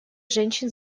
женщин